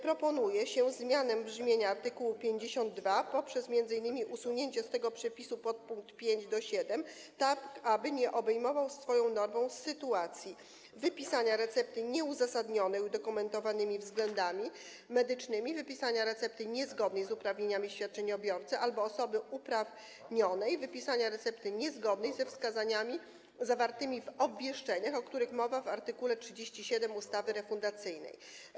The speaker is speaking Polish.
Proponuje się zmianę brzmienia art. 52 poprzez m.in. usunięcie z niego przepisów pkt 5–7, aby nie obejmowały swoją normą sytuacji wypisania recepty nieuzasadnionej udokumentowanymi względami medycznymi, wypisania recepty niezgodnej z uprawnieniami świadczeniobiorcy albo osoby uprawnionej, wypisania recepty niezgodnej ze wskazaniami zawartymi w obwieszczeniach, o których mowa w art. 37 ustawy refundacyjnej.